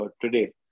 today